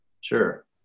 Sure